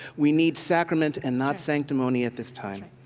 we need sacrament and not sanctimony at this time.